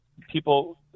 people –